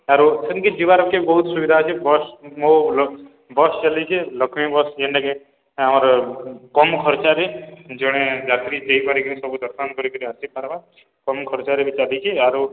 ଆରୁ ସେନ୍କେ ଯିବାର୍କେ ବହୁତ୍ ସୁବିଧା ଅଛେ ବସ୍ ମୋ ବସ୍ ଚାଲିଛେ ଲକ୍ଷ୍ମୀ ବସ୍ ଯେନ୍ଟାକେ ଆମର୍ କମ୍ ଖର୍ଚ୍ଚରେ ଜଣେ ଯାତ୍ରୀ ଯାଇପାରିକରି ସବୁ ଦର୍ଶନ୍ କରିକିରି ଆସିପାର୍ବା କମ୍ ଖର୍ଚ୍ଚରେ ବି ଚାଲିଛେ ଆରୁ